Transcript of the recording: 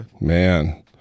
Man